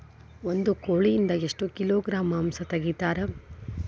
ಒಂದು ಕೋಳಿಯಿಂದ ಎಷ್ಟು ಕಿಲೋಗ್ರಾಂ ಮಾಂಸ ತೆಗಿತಾರ?